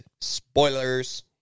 Spoilers